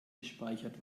gespeichert